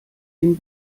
den